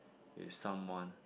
with someone